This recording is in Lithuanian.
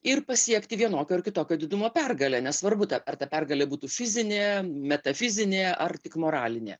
ir pasiekti vienokio ar kitokio didumo pergalę nesvarbu ar ta pergalė būtų fizinė metafizinė ar tik moralinė